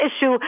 issue